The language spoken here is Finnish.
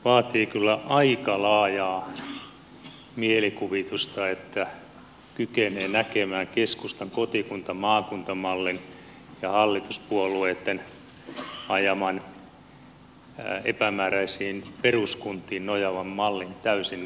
vaatii kyllä aika laajaa mielikuvitusta että kykenee näkemään keskustan kotikuntamaakunta mallin ja hallituspuolueitten ajaman epämääräisiin peruskuntiin nojaavan mallin täysin yksi yhtenä